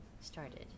started